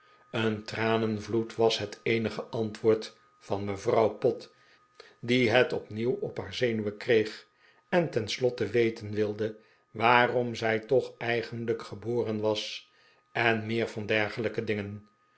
een tranenvloed was het eenige antwoord van mevrouw pott die het opnieuw op haar zenuwen kreeg en ten slotte weten wilde waarom zij toch eigenlijk geboren was en meer van dergelijke dingen